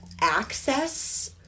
access